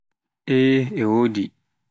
eh e wodi